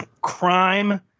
crime